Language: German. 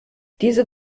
diese